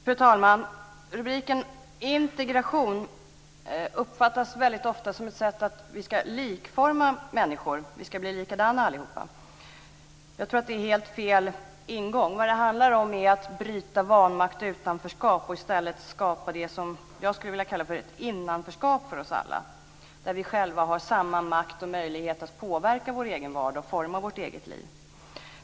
Fru talman! Rubriken Integration uppfattas väldigt ofta som att vi ska likforma människor. Vi ska alla bli likadana. Jag tror att det är helt fel ingång. Det handlar om att bryta vanmakt och utanförskap och i stället skapa det som jag vill kalla ett innanförskap för oss alla, där vi själva har samma makt och möjlighet att påverka vår egen vardag och forma vårt eget liv.